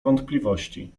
wątpliwości